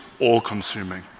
all-consuming